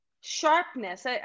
sharpness